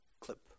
clip